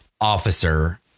officer